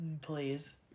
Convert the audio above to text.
Please